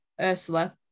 Ursula